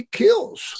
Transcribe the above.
kills